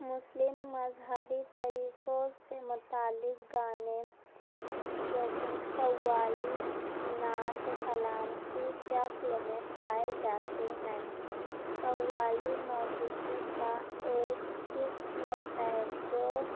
مسلم مذہبی طریقوں سے متعلق گانے جیسے قوالی نعت کلام کی شکل میں پائے جاتے ہیں قوالی موسیقی کا ایک قسم ہے جو